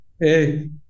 Hey